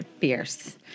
fierce